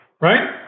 Right